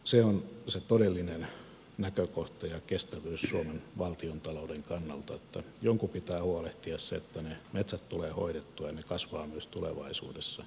se on se todellinen näkökohta ja kestävyys suomen valtiontalouden kannalta että jonkun pitää huolehtia siitä että ne metsät tulee hoidettua ja ne kasvavat myös tulevaisuudessa